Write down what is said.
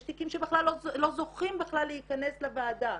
יש תיקים שלא זוכים בכלל להכנס לוועדה.